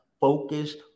focused